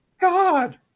God